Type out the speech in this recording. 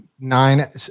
nine